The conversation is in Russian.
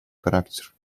характер